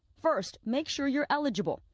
first, make sure you are eligible.